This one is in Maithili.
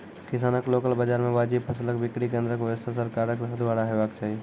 किसानक लोकल बाजार मे वाजिब फसलक बिक्री केन्द्रक व्यवस्था सरकारक द्वारा हेवाक चाही?